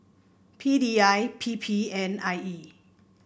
P D I P P and I E